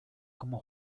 como